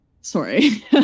Sorry